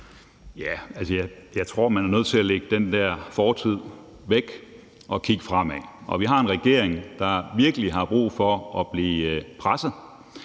Jeg tror, man er nødt til at lægge den der fortid væk og kigge fremad, og vi har en regering, der virkelig har brug for at blive presset,